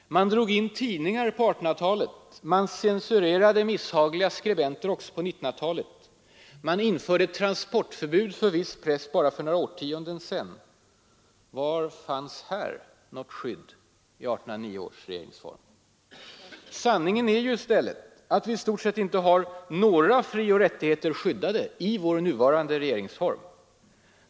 Man drog in tidningar på 1800-talet, man censurerade misshagliga skribenter också på 1900-talet och man införde transportförbud för viss press för några årtionden sedan — var fanns här något skydd i 1809 års regeringsform? Sanningen är ju i stället att i stort sett inga frioch rättigheter är skyddade i vår nuvarande regeringsform.